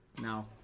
now